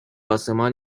آسمان